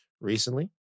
recently